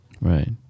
Right